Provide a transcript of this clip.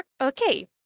okay